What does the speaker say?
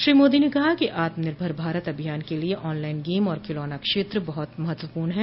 श्री मोदी ने कहा कि आत्मनिर्भर भारत अभियान के लिए ऑनलाइन गेम और खिलौना क्षेत्र बहुत महत्वपूर्ण हैं